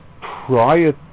prior